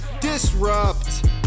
Disrupt